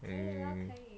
mm